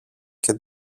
και